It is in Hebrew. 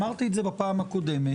אמרתי את זה גם בפעם הקודמת,